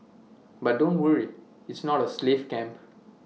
but don't worry its not A slave camp